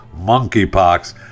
monkeypox